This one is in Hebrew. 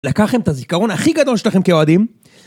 לקחתם את הזיכרון הכי גדול שלכם כאוהדים